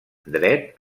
dret